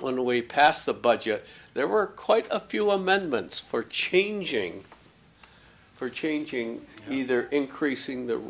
when we passed the budget there were quite a few amendments for changing for changing either increasing the